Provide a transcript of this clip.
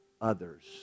others